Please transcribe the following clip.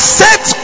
set